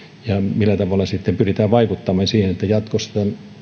ja millä tavalla sitten pyritään vaikuttamaan siihen että jatkossa